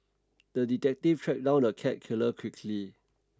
the detective tracked down the cat killer quickly